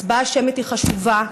הצבעה שמית היא חשובה.